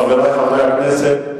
חברי חברי הכנסת,